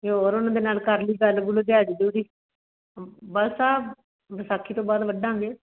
ਅਤੇ ਹੋਰ ਉਹਨਾਂ ਦੇ ਨਾਲ ਕਰ ਲਈ ਗੱਲ ਗੁੱਲ ਦਿਹਾੜੀ ਦਿਓੜੀ ਬਸ ਆ ਵਿਸਾਖੀ ਤੋਂ ਬਾਅਦ ਵੱਡਾਂਗੇ